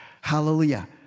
Hallelujah